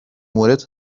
مورد